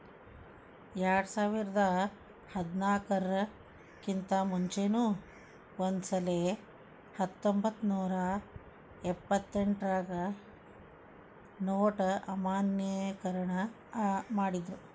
ಎರ್ಡ್ಸಾವರ್ದಾ ಹದ್ನಾರರ್ ಕಿಂತಾ ಮುಂಚೆನೂ ಒಂದಸಲೆ ಹತ್ತೊಂಬತ್ನೂರಾ ಎಪ್ಪತ್ತೆಂಟ್ರಾಗ ನೊಟ್ ಅಮಾನ್ಯೇಕರಣ ಮಾಡಿದ್ರು